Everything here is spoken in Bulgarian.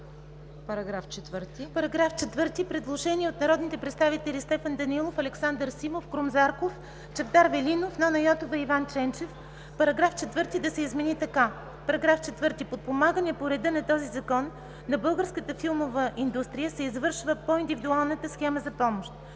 По § 4 има предложение от народните представители Стефан Данаилов, Александър Симов, Крум Зарков, Чавдар Велинов, Нона Йотова и Иван Ченчев –§ 4 да се измени така: „§ 4. Подпомагането по реда на този закон на българската филмова индустрия се извършва по индивидуалната схема за помощ.”